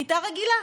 כיתה רגילה,